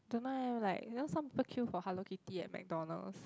don't know eh like you know some people queue for hello kitty and McDonalds